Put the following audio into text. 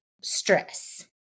stress